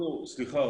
סליחה,